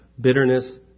bitterness